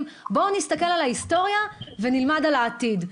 שאם נסתכל על ההיסטוריה נלמד על העתיד.